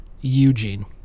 Eugene